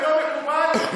ככה זה לא מקובל להגיד,